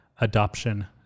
adoption